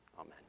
Amen